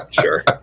Sure